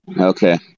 Okay